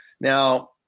now